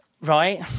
Right